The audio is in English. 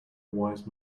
wise